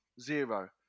Zero